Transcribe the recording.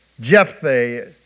Jephthah